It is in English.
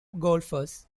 golfers